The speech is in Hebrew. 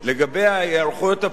אני קורא מה שהכתיבו לי